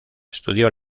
estudió